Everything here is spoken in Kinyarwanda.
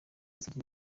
yasabye